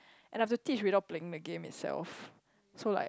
and I have to teach without playing the game itself so like